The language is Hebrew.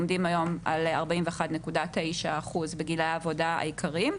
עומדים היום על 41.9 אחוז בגילאי העבודה העיקרים.